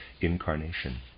incarnation